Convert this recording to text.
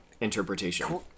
interpretation